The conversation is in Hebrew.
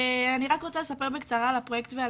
אני רק רוצה לספר בקצרה על הפרויקט ועל